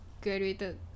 graduated